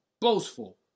boastful